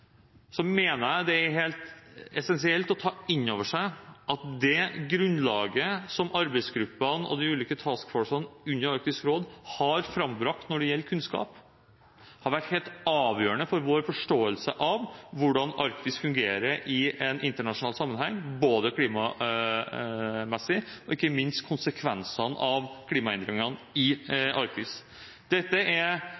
mener jeg det er helt essensielt å ta inn over seg at det grunnlaget som arbeidsgruppene og de ulike «task forces» under Arktisk råd har frambrakt når det gjelder kunnskap, har vært helt avgjørende for vår forståelse av hvordan Arktis fungerer i en internasjonal sammenheng, både klimamessig og ikke minst med tanke på konsekvensene av klimaendringene i Arktis. Dette er